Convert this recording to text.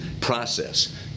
process